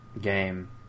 game